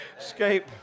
escape